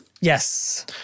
Yes